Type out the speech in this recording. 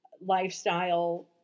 lifestyle